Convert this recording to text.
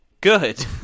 Good